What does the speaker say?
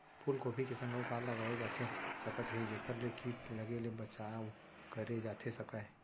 फूलगोभी के संग अऊ का लगाए जाथे सकत हे जेखर ले किट लगे ले बचाव करे जाथे सकय?